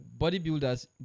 bodybuilders